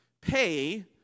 pay